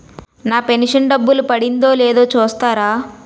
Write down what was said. నా pension డబ్బులు పడిందో లేదో చూస్తారా?